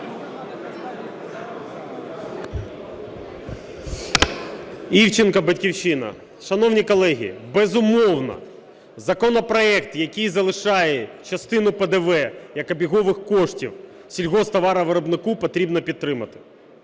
Івченко, "Батьківщина". Шановні колеги, безумовно, законопроект, який залишає частину ПДВ як обігових коштів сільгосптоваровиробнику, потрібно підтримати.